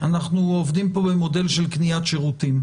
אנחנו עובדים פה במודל של קניית שירותים.